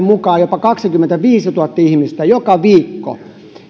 mukaan jopa kaksikymmentäviisituhatta ihmistä joka viikko